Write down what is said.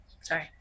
Sorry